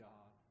God